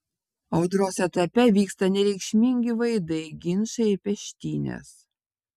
audros etape vyksta nereikšmingi vaidai ginčai ir peštynės